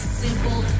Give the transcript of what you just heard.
simple